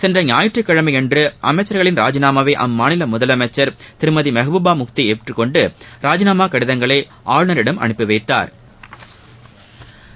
சென்ற ஞாயிற்றுகிழமையன்று அமைச்சர்களின் ராஜினாமாவை அம்மாநில முதலமைச்ச் திருமதி மெஹ்பூபா முஃப்தி ஏற்றுக்கொண்டு ரர்ஜினாமா கடிதங்களை ஆளுநரிடம் அனுப்பி வைத்தாா்